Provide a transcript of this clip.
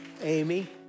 Amy